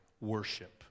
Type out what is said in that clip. worship